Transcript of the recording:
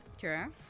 Sure